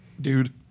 Dude